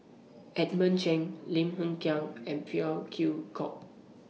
Edmund Cheng Lim Hng Kiang and Phey Yew Kok